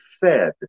fed